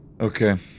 Okay